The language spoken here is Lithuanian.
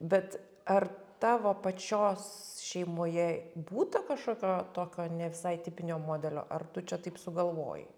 bet ar tavo pačios šeimoje būta kažkokio tokio ne visai tipinio modelio ar tu čia taip sugalvojai